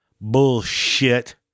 Bullshit